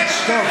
טוב,